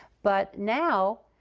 but now,